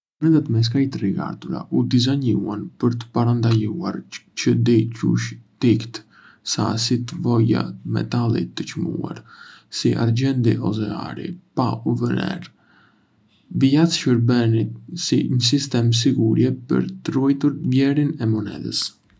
Monedhat me skaje të rigartura u dizajnuan për të parandaluar që dikush të hiqte sasi të vogla metali të çmuar, si argjendi ose ari, pa u vënë re. Vijat shërbenin si një sistem sigurie për të ruajtur vlerën e monedhës.